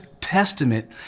Testament